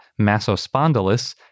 massospondylus